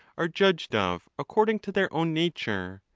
are judged of according to their own nature,